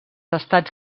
estats